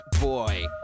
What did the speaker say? boy